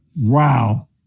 wow